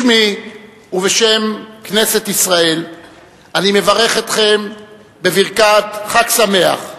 בשמי ובשם כנסת ישראל אני מברך אתכם בברכת חג שמח.